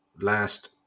last